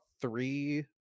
three